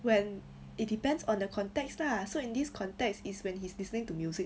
when it depends on the context lah so in this context is when he's listening to music